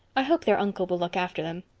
i hope their uncle will look after them.